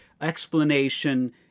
explanation